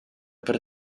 per